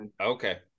okay